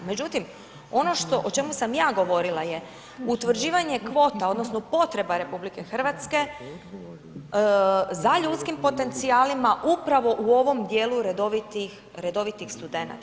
Međutim, ono što, o čemu sam ja govorila je, utvrđivanje kvota, odnosno potreba RH za ljudskim potencijalima upravo u ovom dijelu redovitih studenata.